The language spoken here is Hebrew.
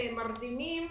מרדימים,